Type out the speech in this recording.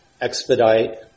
expedite